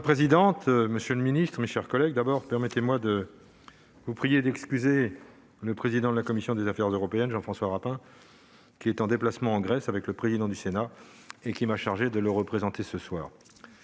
Madame la présidente, monsieur le secrétaire d'État, mes chers collègues, je vous prie tout d'abord d'excuser le président de la commission des affaires européennes, Jean-François Rapin qui, en déplacement en Grèce avec le président du Sénat, m'a chargé de le représenter ce soir.